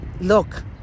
look